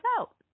out